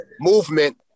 movement